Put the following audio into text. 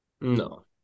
No